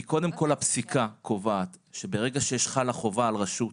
קודם כל הפסיקה קובעת, שברגע שחלה חובה על רשות